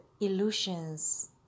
illusions